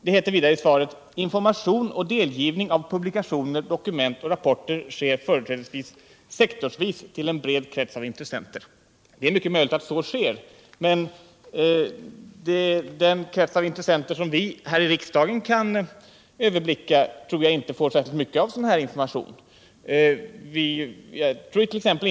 Det heter vidare i svaret: ”Information och delgivning av publikationer, dokument och rapporter sker företrädesvis sektorsvis till en bred krets av intressenter.” Det är mycket möjligt att så sker, men den krets av intressenter som vi här i riksdagen kan överblicka får inte särskilt mycket av sådan information. Jag trort.ex.